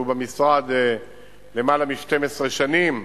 שהוא במשרד למעלה מ-12 שנים,